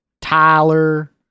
Tyler